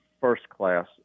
first-class